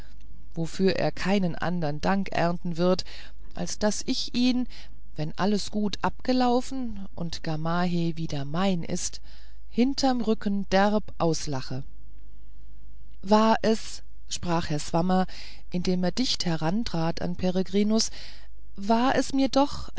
wofür er keinen andern dank ernten wird als daß ich ihn wenn alles gut abgelaufen und gamaheh wieder mein ist hinterm rücken derb auslache war es sprach herr swammer indem er dicht herantrat an herrn peregrinus war es mir doch